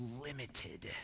limited